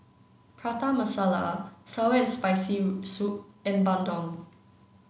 Prata Masala Sour and Spicy Soup and Bandung